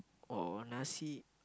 or Nasi